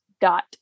dot